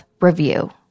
review